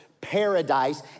paradise